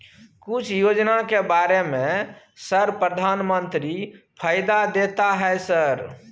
कुछ योजना के बारे में सर प्रधानमंत्री फायदा देता है सर?